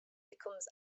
becomes